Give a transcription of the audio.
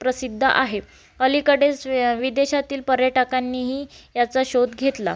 प्र प्रसिद्ध आहे अलीकडेच विदेशातील पर्यटकांनीही याचा शोध घेतला